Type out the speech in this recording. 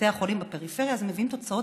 בתי החולים בפריפריה מביאים תוצאות